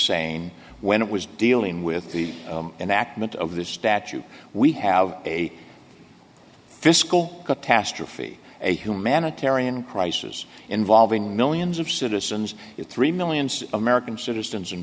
saying when it was dealing with the an act meant of this statute we have a fiscal catastrophe a humanitarian crisis involving millions of citizens three million american citizens in